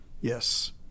Yes